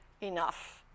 enough